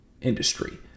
industry